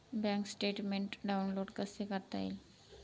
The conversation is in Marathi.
बँक स्टेटमेन्ट डाउनलोड कसे करता येईल?